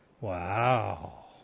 Wow